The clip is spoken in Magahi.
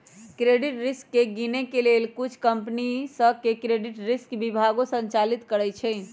क्रेडिट रिस्क के गिनए के लेल कुछ कंपनि सऽ क्रेडिट रिस्क विभागो संचालित करइ छै